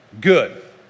good